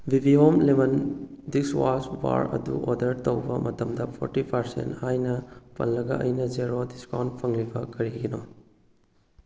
B B home lemon dishwash bar ꯑꯗꯨ order ꯇꯧꯕ ꯃꯇꯝꯗ ꯐꯣꯔꯇꯤ ꯄꯥꯔꯁꯦꯟ ꯍꯥꯏꯅ ꯄꯜꯂꯒ ꯑꯩꯅ ꯖꯦꯔꯣ ꯗꯤꯁꯀꯥꯎꯟ ꯐꯪꯂꯤꯕ ꯀꯔꯤꯒꯤꯅꯣ